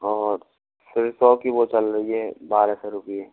और फिर सौ की वो चल रही है बारह सौ रुपए